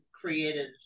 created